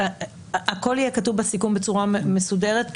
הכל יהיה כתוב בסיכום בצורה מסודרת.